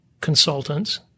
consultants